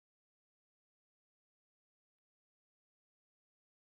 and the guy is eating two carrots and some grainy grainy thing